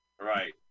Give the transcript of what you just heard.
Right